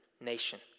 nation